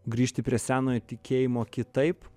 grįžti prie senojo tikėjimo kitaip